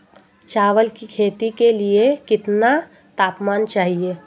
चावल की खेती के लिए कितना तापमान चाहिए?